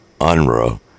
Unruh